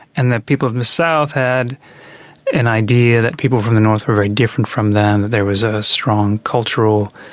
and the people of the south had an idea that people from the north were very different from them there was a strong cultural,